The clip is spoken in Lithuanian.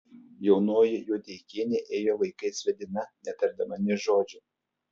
jaunoji juodeikienė ėjo vaikais vedina netardama nė žodžio